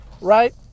right